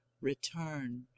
return